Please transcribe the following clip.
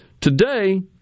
Today